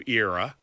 era